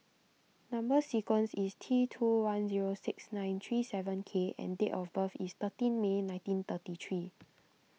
Number Sequence is T two one zero six nine three seven K and date of birth is thirteen May nineteen thirty three